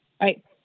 right